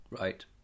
Right